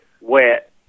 wet